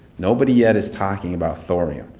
nobody yet is talking about thorium.